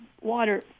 water